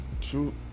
True